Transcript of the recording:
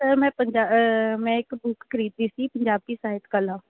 sir ਮੈਂ ਪੰਜਾ ਮੈਂ ਇੱਕ ਬੁੱਕ ਖਰੀਦੀ ਸੀ ਪੰਜਾਬੀ ਸਾਹਿਤ ਕਲਾ